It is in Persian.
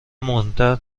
مهمتر